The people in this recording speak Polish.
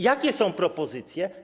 Jakie są propozycje?